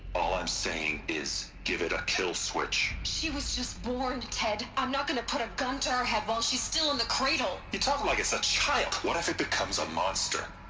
all i'm saying, is. give it a kill switch she was just born, ted! i'm not going to put a gun to her head while she's still in the cradle! you're talking like it's a child! what if it becomes a monster.